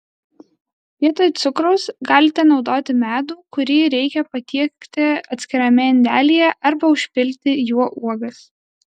vietoj cukraus galite naudoti medų kurį reikia patiekti atskirame indelyje arba užpilti juo uogas